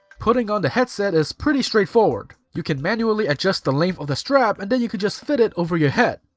putting on the headset is pretty straightforward. you can manually adjust the length of the strap and then you can just fit it over your head.